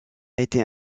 été